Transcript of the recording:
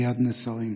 ליד נס הרים.